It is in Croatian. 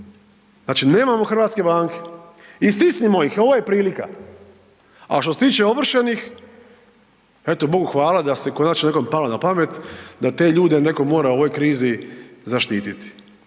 Znači, nemamo hrvatske banke. I stisnimo ih, ovo je prilika. A što se tiče ovršenih, eto Bogu hvala da se konačno nekom palo na pamet da te ljude neko mora u ovoj krizi zaštititi.